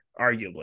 arguably